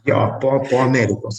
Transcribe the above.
jo po po amerikos